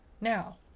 Now